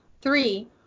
Three